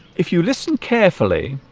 if you listen carefully